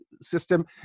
system